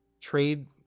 trade